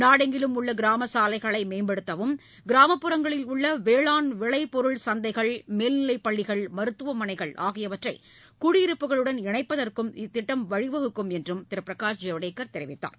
நாடெங்கிலும் உள்ளகிராமச்சாலைகளைமேம்படுத்தவும் கிராமப்புறங்களில் உள்ளவேளாண் விளைபொருள் சந்தைகள் மேல்நிலைப் பள்ளிகள் மருத்துமனைகள் ஆகியவற்றைகுடியிருப்புகளுடன் இணைப்பதற்கும் இத்திட்டம் வழிவகுக்கும் என்றும் திருபிரகாஷ் ஜவ்டேகர் தெரிவித்தார்